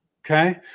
okay